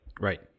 right